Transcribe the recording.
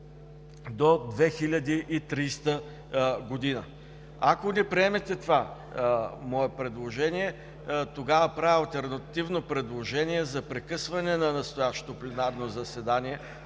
Ако не приемете това мое предложение, тогава правя алтернативно предложение за прекъсване на настоящето пленарно заседание,